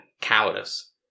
cowardice